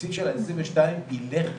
והתקציב הזה יילך ויגדל,